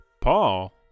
Paul